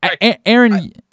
Aaron